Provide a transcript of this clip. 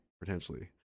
potentially